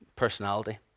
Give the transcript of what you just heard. Personality